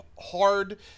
hard